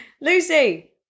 Lucy